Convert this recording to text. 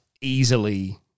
easily